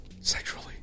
Sexually